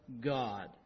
God